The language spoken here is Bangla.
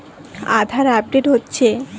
আধার আপডেট হচ্ছে?